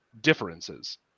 differences